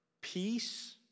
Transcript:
Peace